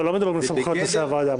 לא מדברים על סמכויות הוועדה,